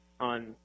on